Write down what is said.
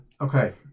Okay